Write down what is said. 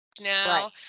now